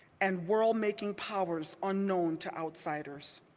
and world making powers unknown to outsiders.